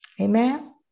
Amen